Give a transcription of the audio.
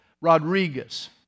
Rodriguez